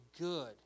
good